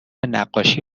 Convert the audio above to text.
نقاشی